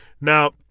Now